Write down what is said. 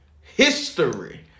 history